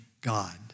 God